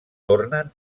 tornen